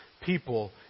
people